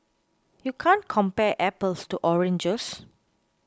you can't compare apples to oranges